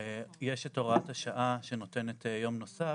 יש את הוראת השעה שנותנת יום נוסף,